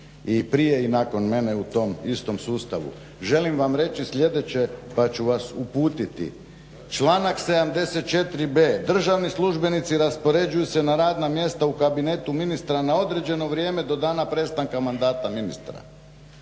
i prije i nakon mene u tom istom sustavu. Želim vam reći sljedeće pa ću vas uputiti. Članak 74b. državni službenici raspoređuju se na radna mjesta u kabinetu ministra na određeno vrijeme do dana prestanka mandata ministra.